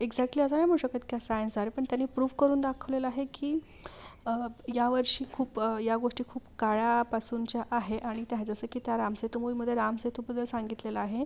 exactly असं नाही म्हणू शकत की हा सायन्स आहे अरे पण त्यानी प्रूव्ह करून दाखवलेलं आहे की यावर्षी खूप या गोष्टी खूप काळापासूनच्या आहे आणि त्याह् जसं की त्या रामसेतू मूवीमध्ये रामसेतूबद्दल सांगितलेलं आहे